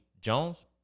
Jones